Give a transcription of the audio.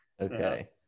Okay